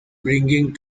bringing